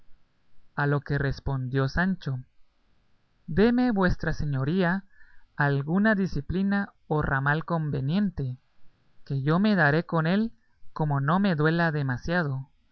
a lo que respondió sancho déme vuestra señoría alguna diciplina o ramal conveniente que yo me daré con él como no me duela demasiado